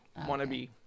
wannabe